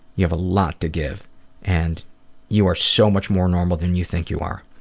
you have a lot to give and you are so much more normal than you think you are.